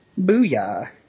Booyah